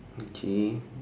okay